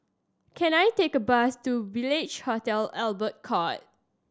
can I take a bus to Village Hotel Albert Court